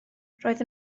roedd